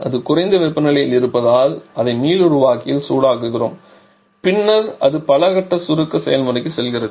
அது குறைந்த வெப்பநிலையில் இருப்பதால் அதை மீளுருவாக்கியில் சூடாக்குகிறோம் பின்னர் அது பல கட்ட சுருக்க செயல்முறைக்கு செல்கிறது